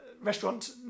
restaurant